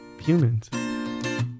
humans